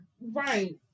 Right